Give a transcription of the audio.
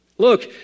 Look